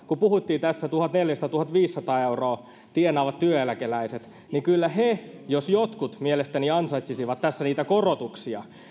kun puhuttiin tässä tuhatneljäsataa viiva tuhatviisisataa euroa tienaavista työeläkeläisistä niin kyllä nimenomaan he jos jotkut mielestäni ansaitsisivat tässä niitä korotuksia